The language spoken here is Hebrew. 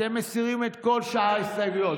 אתם מסירים את כל שאר ההסתייגויות.